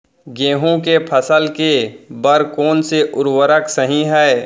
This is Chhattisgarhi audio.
गेहूँ के फसल के बर कोन से उर्वरक सही है?